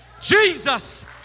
Jesus